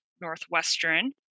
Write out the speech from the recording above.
Northwestern